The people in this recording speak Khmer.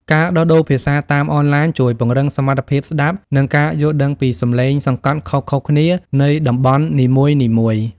ការដោះដូរភាសាតាមអនឡាញជួយពង្រឹងសមត្ថភាពស្ដាប់ និងការយល់ដឹងពីសម្លេងសង្កត់ខុសៗគ្នានៃតំបន់នីមួយៗ។